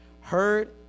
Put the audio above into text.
Heard